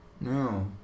No